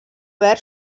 verd